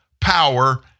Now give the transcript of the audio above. power